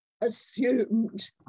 assumed